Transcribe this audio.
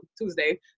Tuesday